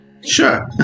Sure